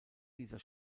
dieser